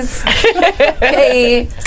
Hey